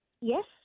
Yes